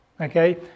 okay